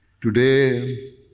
Today